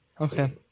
Okay